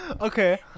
Okay